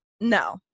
no